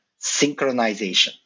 synchronization